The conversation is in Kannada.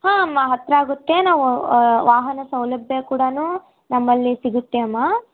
ಹಾಂ ಅಮ್ಮ ಹತ್ತಿರ ಆಗುತ್ತೆ ನಾವು ವಾಹನ ಸೌಲಭ್ಯ ಕೂಡಾ ನಮ್ಮಲ್ಲಿ ಸಿಗುತ್ತೆ ಅಮ್ಮ